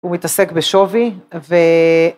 הוא התעסק בשווי, ו...